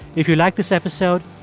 if you like this episode,